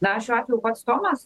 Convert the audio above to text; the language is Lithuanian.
na šiuo atveju pats tomas